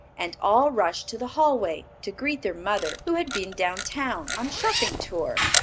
and all rushed to the hallway, to greet their mother, who had been down-town, on a shopping tour.